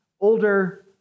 older